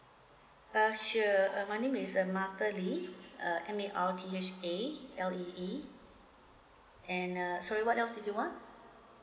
uh sure uh my name is uh martha lee uh M A R T H A L E E and uh sorry what else do you want